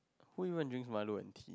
who even drinks milo and tea